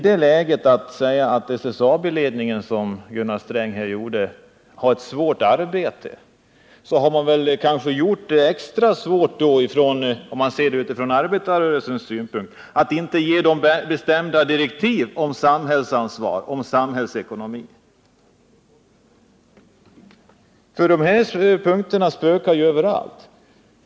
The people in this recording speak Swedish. Gunnar Sträng sade att SSAB-ledningen har ett svårt arbete, men kanske har man gjort det extra svårt — utifrån arbetarrörelsens synpunkt — genom att inte ge ledningen bestämda direktiv om samhällsansvar, om samhällets ekonomiska ansvar för människorna. De punkterna spökar ju överallt.